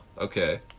Okay